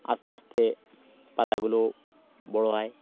আস্তে আস্তে পাতাগুলোও বড়ো হয়